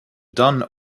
done